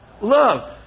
love